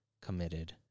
committed